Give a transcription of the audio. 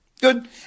Good